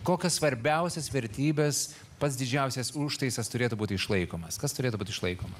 kokias svarbiausias vertybes pats didžiausias užtaisas turėtų būti išlaikomas kas turėtų būt išlaikoma